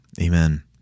Amen